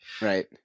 Right